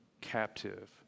captive